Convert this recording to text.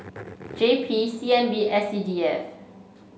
J P C N B S C D F